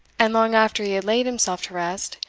and, long after he had laid himself to rest,